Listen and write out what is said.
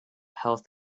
health